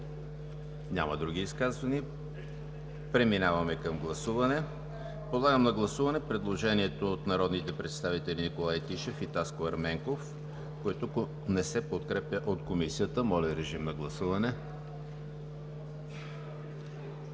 Няма. Преминаваме към гласуване. Подлагам на гласуване предложението от народните представители Николай Тишев и Таско Ерменков, което не се подкрепя от Комисията. Гласували